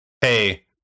hey